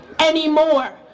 anymore